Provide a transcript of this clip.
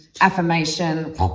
affirmation